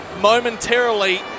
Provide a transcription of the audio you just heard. momentarily